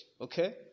okay